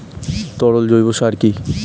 তরল জৈব সার কি?